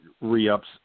re-ups